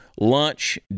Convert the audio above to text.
Lunch